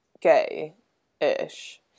gay-ish